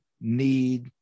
need